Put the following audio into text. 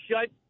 shut